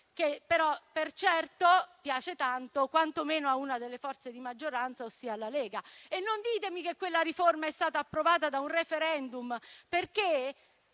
che per certo piace tanto quantomeno a una delle forze di maggioranza, ossia alla Lega. E non ditemi che quella riforma è stata approvata da un *referendum*, perché